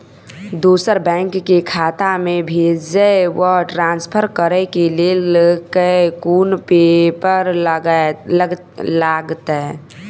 दोसर बैंक केँ खाता मे भेजय वा ट्रान्सफर करै केँ लेल केँ कुन पेपर लागतै?